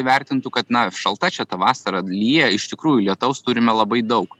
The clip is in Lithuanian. įvertintų kad na šalta čia ta vasara lyja iš tikrųjų lietaus turime labai daug